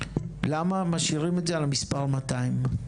למה משאירים את זה על מספר 200?